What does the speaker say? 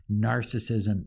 narcissism